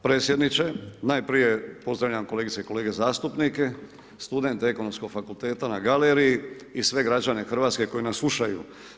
predsjedniče, najprije pozdravljam kolegice i kolege zastupnike, studente Ekonomskog fakulteta na galeriji i sve građana Hrvatske koji nas slušaju.